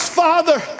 father